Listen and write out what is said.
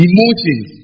Emotions